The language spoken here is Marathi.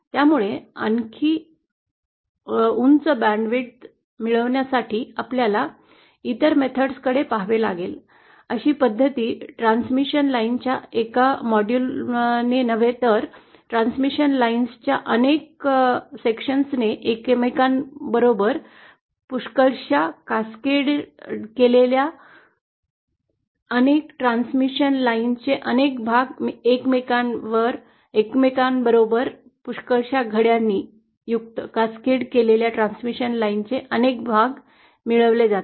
त्यामुळे आणखी उंच बँडची रुंदी मिळवण्यासाठी आपल्याला इतर methods कडे पाहावे लागेल अशी पद्धत ट्रान्समिशन लाईनच्या एका विभागाने नव्हे तर ट्रान्समिशन लाईन्सचे अनेक भाग एकमेकां बरोबर पुष्कळश्या घड्यांनी युक्त केलेल्या ट्रान्समिशन लाईन्सचे अनेक भाग मिळवले जातात